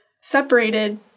separated